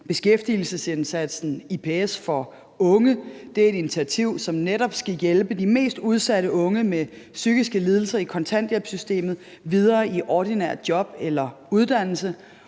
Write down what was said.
beskæftigelsesindsatsen IPS for unge. Det er et initiativ, som netop skal hjælpe de mest udsatte unge med psykiske lidelser i kontanthjælpssystemet videre i ordinært job eller uddannelse.